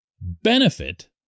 benefit